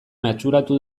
matxuratu